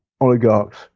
oligarchs